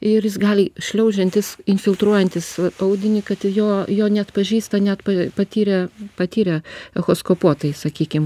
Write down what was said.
ir jis gali šliaužiantis infiltruojantis audinį kad jo jo neatpažįsta net patyrę patyrę echoskopuotojai sakykim